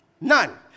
None